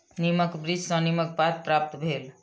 नीमक वृक्ष सॅ नीमक पात प्राप्त भेल